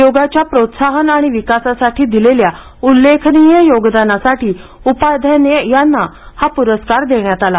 योगाच्या प्रोत्साहन आणि विकासासाठी दिलेल्या उल्लेखनीय योगदानासाठी उपाध्याय यांना हा पुरस्कार देण्यात आले